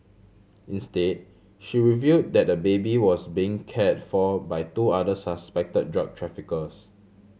instead she revealed that the baby was being cared for by two other suspected drug traffickers